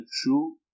true